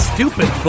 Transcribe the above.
Stupid